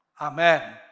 Amen